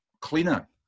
cleaner